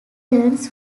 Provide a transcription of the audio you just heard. runs